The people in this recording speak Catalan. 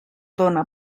dóna